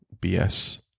BS